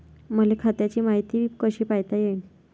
मले खात्याची मायती कशी पायता येईन?